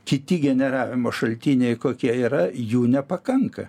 kiti generavimo šaltiniai kokie yra jų nepakanka